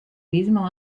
mismo